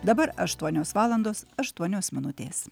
dabar aštuonios valandos aštuonios minutės